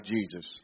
Jesus